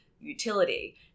utility